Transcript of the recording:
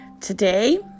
Today